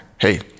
hey